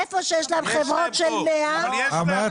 איפה שיש להם חברות של 100 אנשים --- הנושא